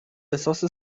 احساس